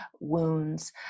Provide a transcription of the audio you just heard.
wounds